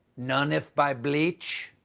none if by bleach.